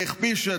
שהכפיש,